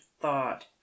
thought